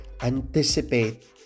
Anticipate